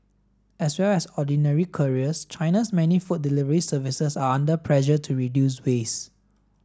as well as ordinary couriers China's many food delivery services are under pressure to reduce waste